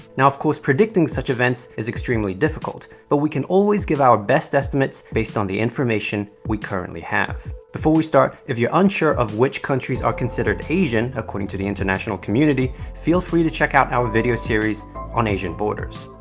now, of course, predicting such events is extremely difficult, but we can always give our best estimates based on the information we currently have. before we start, if you're unsure of which countries are considered asian, according to the international community, feel free to check out our video series on asian borders.